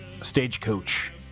stagecoach